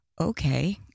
okay